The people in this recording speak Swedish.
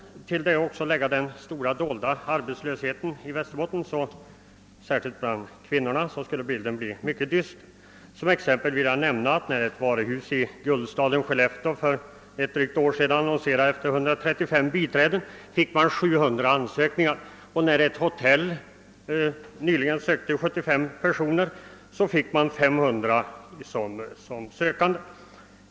Skulle man till detta också lägga den stora dolda arbetslösheten i Västerbotten, särskilt bland kvinnorna, skulle bilden bli mycket dyster. Som exempel vill jag nämna att när ett varuhus i guldstaden Skellefteå för drygt ett år sedan annonserade efter 135 biträden fick man 700 ansökningar, och när ett hotell nyligen sökte 75 personer fick man 500 sökande.